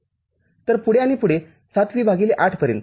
तर पुढे आणि पुढे ७ V ८ पर्यंत